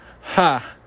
Ha